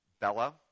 Bella